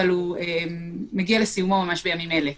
אבל הוא מגיע לסיומו ממש בימים אלה,